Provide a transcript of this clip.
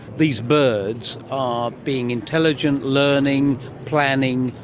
these birds are being intelligent, learning, planning,